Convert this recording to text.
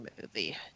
movie